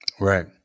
Right